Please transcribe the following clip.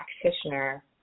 practitioner